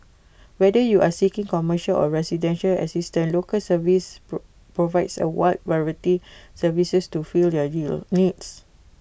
whether you are seeking commercial or residential assistance Local Service provides A wide variety services to fill your needs